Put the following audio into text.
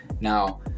Now